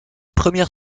première